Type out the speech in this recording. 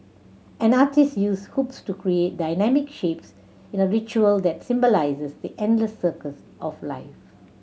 an artiste use hoops to create dynamic shapes in a ritual that symbolises the endless circles of life